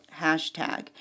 hashtag